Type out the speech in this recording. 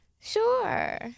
Sure